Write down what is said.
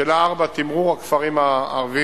שאלה 4, תמרור הכפרים הערביים.